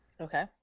Okay